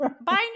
Buying